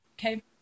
okay